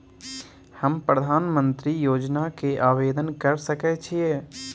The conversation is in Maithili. हम प्रधानमंत्री योजना के आवेदन कर सके छीये?